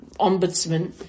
ombudsman